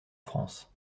france